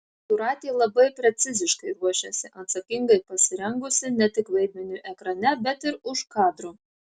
jūratė labai preciziškai ruošiasi atsakingai pasirengusi ne tik vaidmeniui ekrane bet ir už kadro